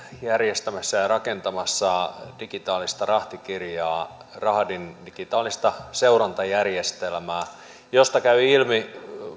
järjestämässä ja rakentamassa digitaalista rahtikirjaa rahdin digitaalista seurantajärjestelmää josta käy ilmi